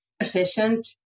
efficient